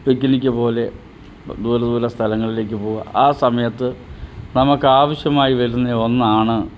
picnic പോലെ ദൂരെ ദൂരെ സ്ഥലങ്ങളിലേക്ക് പോകുക ആ സമയത്ത് നമുക്ക് ആവശ്യമായി വരുന്ന ഒന്നാണ്